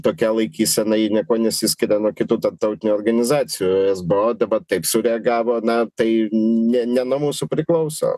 tokia laikysena ji niekuo nesiskiria nuo kitų tarptautinių organizacijų esbo dabar taip sureagavo na tai ne ne nuo mūsų priklauso